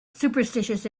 superstitious